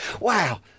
Wow